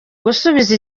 gusubiza